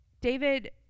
David